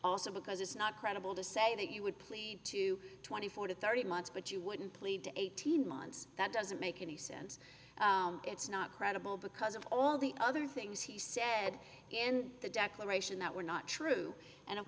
also because it's not credible to say that you would plea to twenty four to thirty months but you wouldn't plead to eighteen months that doesn't make any sense it's not credible because of all the other things he said in the declaration that were not true and of